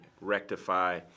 rectify